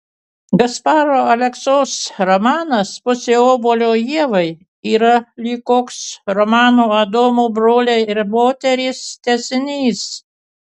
gasparo aleksos romanas pusė obuolio ievai yra lyg koks romano adomo broliai ir moterys tęsinys